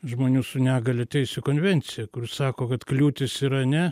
žmonių su negalia teisių konvencija kuri sako kad kliūtys yra ne